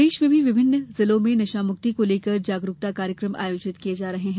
प्रदेश में भी विभिन्न जिलों में नशामुक्ति को लेकर जागरूकता कार्यकम आयोजित किये जा रहे हैं